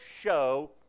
show